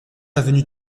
avenue